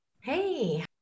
Hey